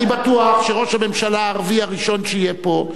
אני בטוח שראש הממשלה הערבי הראשון שיהיה פה,